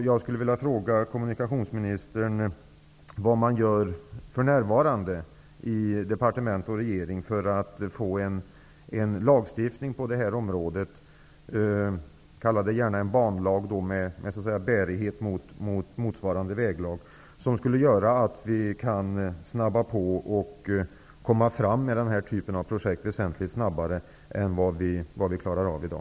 Jag vill fråga kommunikationsministern vad man för närvarande gör i deparetement och regering för att få en lagstiftning på detta område -- kalla det gärna en banlag, en parallell till motsvarande väglag -- som skulle göra att vi snabbar på processen och får fram den här typen av projekt väsentligt snabbare än vad vi klarar av i dag.